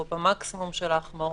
או במקסימום של ההחמרות,